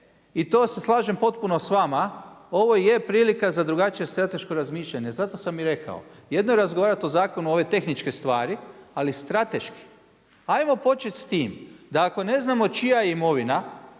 i to se slažem potpuno s vama, ovo je prilika za drugačije strateško razmišljanje, zato sam i rekao, jedno je razgovarati o zakonu ove tehničke stvari, ali strateški. Ajmo počet s tim da ako ne znamo čija je imovina,